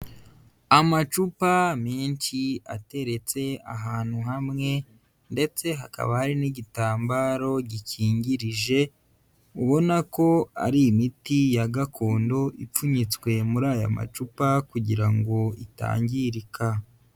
Amacupa menshi, ateretse ahantu hamwe ndetse hakaba hari n'igitambaro gikingirije, ubona ko ari imiti ya gakondo ipfunyitswe muri aya macupa kugira ngo itangirika.